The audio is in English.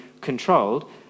controlled